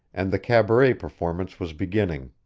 and the cabaret performance was beginning.